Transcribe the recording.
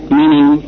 meaning